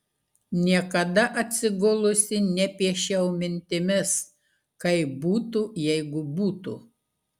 niekada atsigulusi nepiešiau mintimis kaip būtų jeigu būtų